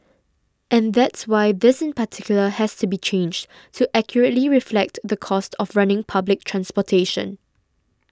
and that's why this in particular has to be changed to accurately reflect the cost of running public transportation